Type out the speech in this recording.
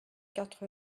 quatre